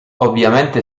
ovviamente